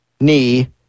knee